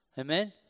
Amen